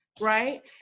right